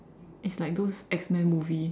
it's like those X men movie